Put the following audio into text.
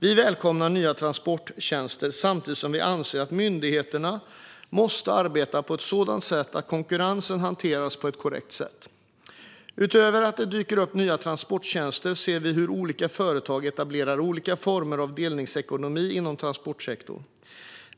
Vi välkomnar nya transporttjänster samtidigt som vi anser att myndigheterna måste arbeta ett sådant sätt att konkurrensen hanteras på ett korrekt sätt. Utöver att det dyker upp nya transporttjänster ser vi hur företag etablerar olika former av delningsekonomi inom transportsektorn.